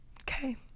Okay